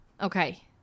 Okay